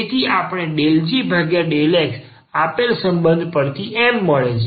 તેથી આપણને ∂g∂x આપેલ સંબંધ પરથી અને M મળે છે